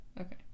Okay